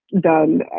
Done